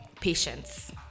patience